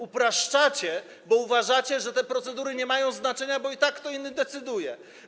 Upraszczacie, bo uważacie, że te procedury nie mają znaczenia, bo i tak kto inny decyduje.